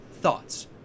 thoughts